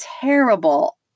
terrible